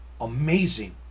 amazing